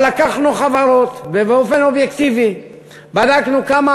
אבל לקחנו חברות ובאופן אובייקטיבי בדקנו כמה